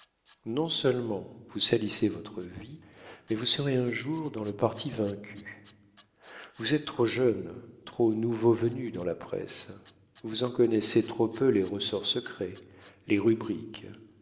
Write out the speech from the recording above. bourbons non-seulement vous salissez votre vie mais vous serez un jour dans le parti vaincu vous êtes trop jeune trop nouveau venu dans la presse vous en connaissez trop peu les ressorts secrets les rubriques